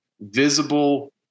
visible